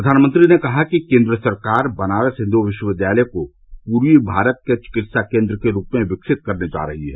प्रधानमंत्री ने कहा कि केन्द्र सरकार बनारस हिन्दू विश्वविद्यालय को पूर्वी भारत के विकित्सा केन्द्र के रूप में विकसित करने जा रही है